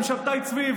עם שבתאי צבי.